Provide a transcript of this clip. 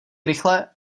rychle